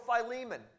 Philemon